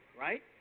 right